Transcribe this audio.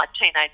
teenage